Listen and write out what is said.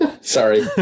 Sorry